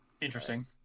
Interesting